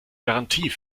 garantie